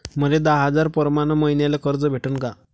मले दहा हजार प्रमाण मईन्याले कर्ज भेटन का?